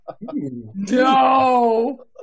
No